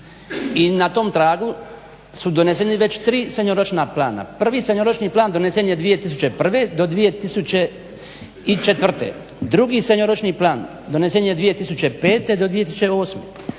i na tom tragu su donesena već tri srednjoročna plana. Prvi srednjoročni plan donesen je 2001.do 2004., drugi srednjoročni plan donesen je 2005.do 2008.,